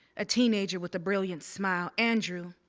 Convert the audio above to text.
a teenager with a brilliant smile. andrew,